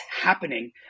happening